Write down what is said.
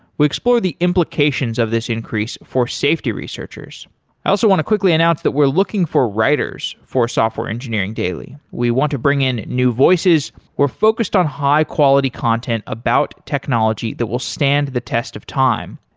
we explore the implications of this increase for safety researchers i also want to quickly announce that we're looking for writers for software engineering daily. we want to bring in new voices. we're focused on high-quality content about technology that will stand the test of time.